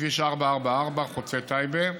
בכביש 444, חוצה טייבה.